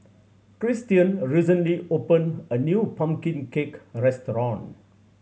Christian recently opened a new pumpkin cake restaurant